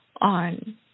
on